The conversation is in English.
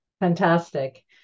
Fantastic